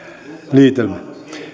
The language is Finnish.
liitelmän